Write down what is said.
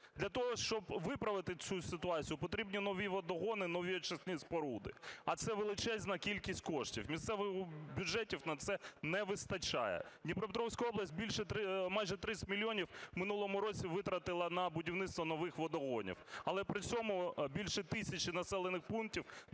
Для того, щоб виправити цю ситуацію, потрібні нові водогони, нові очисні споруди, а це величезна кількість коштів, місцевих бюджетів на це не вистачає. Дніпропетровська область майже 30 мільйонів в минулому році витратила на будівництво нових водогонів, але при цьому більше тисячі населених пунктів